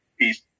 peace